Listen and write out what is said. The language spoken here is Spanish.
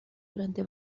durante